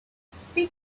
speak